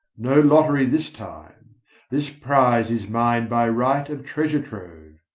no lottery this time this prize is mine by right of treasure-trove.